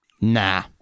Nah